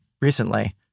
recently